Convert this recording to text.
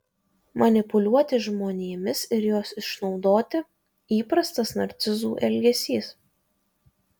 manipuliuoti žmonėmis ir juos išnaudoti įprastas narcizų elgesys